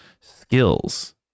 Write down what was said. skills